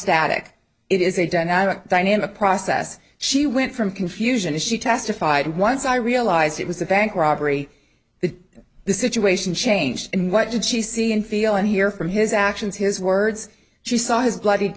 static it is a dynamic dynamic process she went from confusion as she testified once i realized it was a bank robbery that the situation changed and what did she see and feel and hear from his actions his words she saw his blood